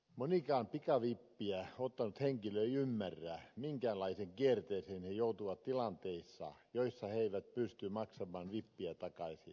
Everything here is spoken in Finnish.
monetkaan pikavippiä ottaneet henkilöt eivät ymmärrä minkälaiseen kierteeseen he joutuvat tilanteissa joissa he eivät pysty maksamaan vippiä takaisin